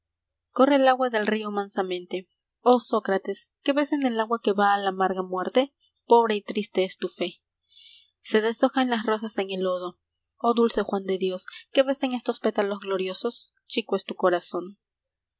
corre el agua del rio mansamente oh sócrates qué ves en el agua que va a la amarga muerte jpobre y triste es tu fe se deshojan las rosas en el lodo jo h dulce juan de dios qué ves en estos pétalos gloriosos i chico es tu corazón